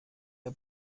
der